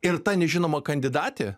ir ta nežinoma kandidatė